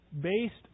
based